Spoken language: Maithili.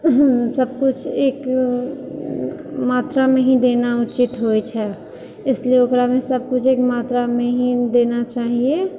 सब किछु एक मात्रामे ही देना उचित होइ छै इसलिए ओकरामे सबकिछु एक मात्रामे ही देना चाहिए